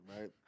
right